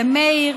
למאיר.